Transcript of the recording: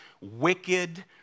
wicked